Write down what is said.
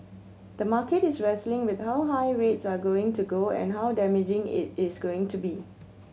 the market is wrestling with how high rates are going to go and how damaging it is going to be